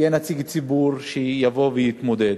יהיה נציג ציבור שיבוא ויתמודד.